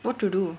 what to do